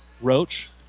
Roach